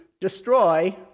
destroy